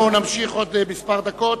נמשיך עוד כמה דקות.